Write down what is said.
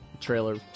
Trailer